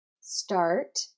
Start